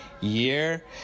year